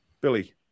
Billy